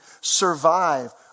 survive